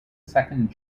second